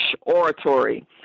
oratory